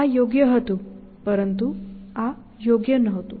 આ યોગ્ય હતું પરંતુ આ યોગ્ય નહોતું